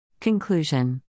Conclusion